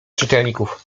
czytelników